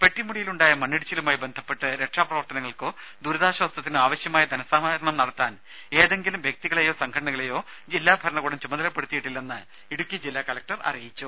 പെട്ടിമുടിയിലുണ്ടായ മണ്ണിടിച്ചിലുമായി ബന്ധപ്പെട്ട് രക്ഷാപ്രവർത്തനങ്ങൾക്കോ ദുരിതാശ്വാസത്തിനോ ആവശ്യമായ ധനസമാഹരണം നടത്തുവാൻ ഏതെങ്കിലും വ്യക്തികളെയോ സംഘടനകളെയോ ജില്ലാ ഭരണകൂടം ചുമതലപ്പെടുത്തിയിട്ടില്ലെന്ന് ജില്ലാ കലക്ടർ അറിയിച്ചു